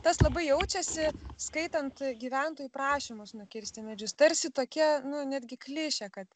tas labai jaučiasi skaitant gyventojų prašymus nukirsti medžius tarsi tokia nu netgi klišė kad